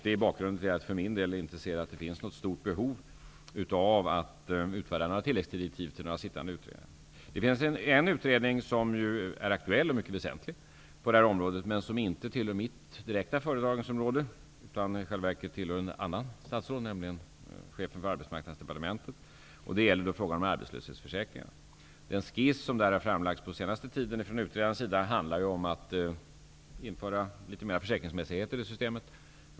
Det är bakgrunden till att jag inte anser att det finns något stort behov av att utfärda tilläggsdirektiv till sittande utredningar. En aktuell och mycket väsentlig utredning på det här området men som inte tillhör mitt direkta ansvarsområde utan ett annat statsråds -- chefen för Arbetsmarknadsdepartementet -- område är en utredning om arbetslöshetsförsäkringar. Den skiss som utredarna har framlagt handlar om att man skall införa litet mera försäkringsmässighet i arbetslöshetsförsäkringen.